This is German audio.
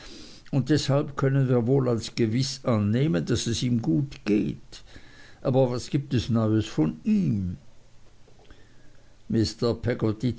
und deshalb können wir wohl als gewiß annehmen daß es ihm gut geht aber was gibt es neues von ihm